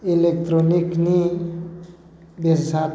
इलेकट्र'निकनि बेसाद